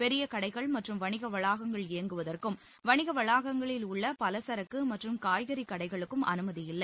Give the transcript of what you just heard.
பெரிய கடைகள் மற்றும் வணிக வளாகங்கள் இயங்குவதற்கும் வணிக வளாகங்களில் உள்ள பலசரக்கு மற்றும் காய்கறி கடைகளுக்கும் அனுமதியில்லை